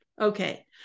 Okay